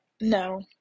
no